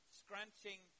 scrunching